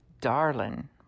Darling